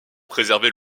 préserver